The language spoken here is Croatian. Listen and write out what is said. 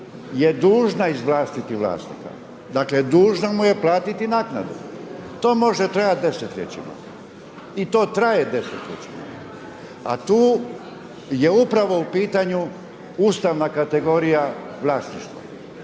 je dužna izvlastiti vlasnika. Dakle, dužna mu je platiti naknadu. To može trajat desetljećima i to traje desetljećima, a tu je upravo u pitanju ustavna kategorija vlasništva